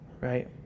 right